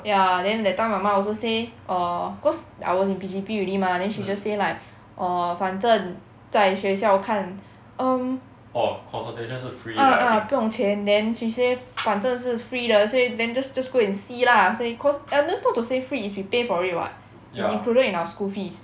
ya then that time my mum also say err cause I was in P_G_P already mah then she just say like oh 反正在学校看 um ah ah 不用钱 then she say 反正是 free 的 say then just just go and see lah say cause I never thought to say free is we pay for it what is included in our school fees